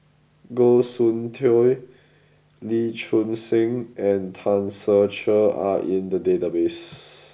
Goh Soon Tioe Lee Choon Seng and Tan Ser Cher are in the database